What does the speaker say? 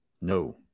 no